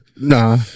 Nah